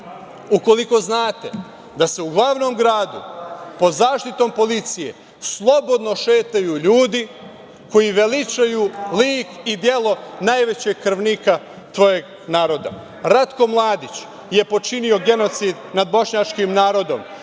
ukoliko znate da se u glavnom gradu pod zaštitom policije slobodno šetaju ljudi koji veličaju lik i delo najvećeg krvnika svojeg naroda. Ratko Mladić je počinio genocid nad bošnjačkim narodom.